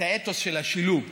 את האתוס של השילוב.